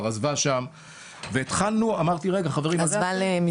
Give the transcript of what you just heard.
שבו חלק מהאנשים באופן אוטומטי הפרטים שלהם